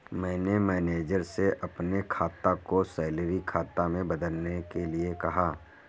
मैंने मैनेजर से अपने खाता को सैलरी खाता में बदलने के लिए कहा